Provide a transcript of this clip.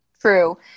True